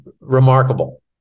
remarkable